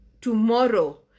tomorrow